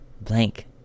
blank